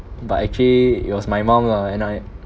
but actually it was my mom lah and I